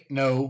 no